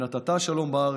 ונתת שלום בארץ,